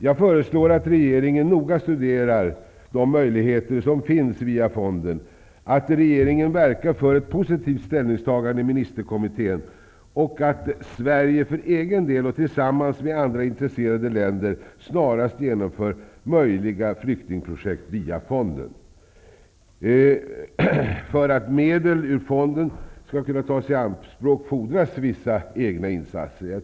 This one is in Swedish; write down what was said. Jag föreslår att regeringen noga studerar de möjligheter som finns via fonden, att regeringen verkar för ett positivt ställningstagande i ministerkommittén samt att Sverige för egen del och tillsammans med andra intresserade länder snarast genomför möjliga flyktingprojekt via fonden. Det fordras vissa egna insatser för att medel ur fonden skall kunna tas i anspråk.